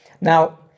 Now